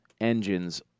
engines